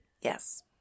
yes